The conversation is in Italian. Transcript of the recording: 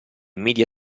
media